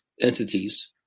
entities